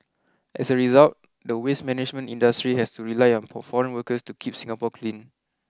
as a result the waste management industry has to rely on foreign workers to keep Singapore clean